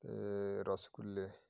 ਅਤੇ ਰਸਗੁੱਲੇ